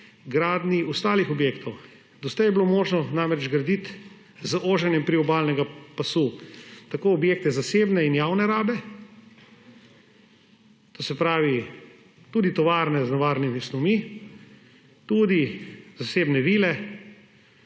ostalih objektov. Doslej je bilo mogoče namreč graditi z oženjem priobalnega pasu tako objekte zasebne in javne rabe; to se pravi, tudi tovarne z nevarnimi snovmi, tudi zasebne vile,